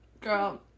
Girl